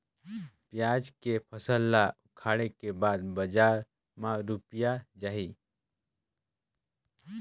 पियाज के फसल ला उखाड़े के बाद बजार मा रुपिया जाही?